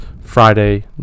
Friday